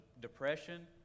depression